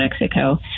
Mexico